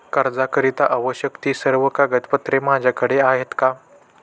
कर्जाकरीता आवश्यक ति सर्व कागदपत्रे माझ्याकडे आहेत का?